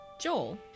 Joel